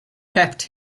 kept